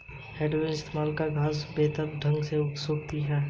है टेडर के इस्तेमाल से घांस बेहतर ढंग से सूखती है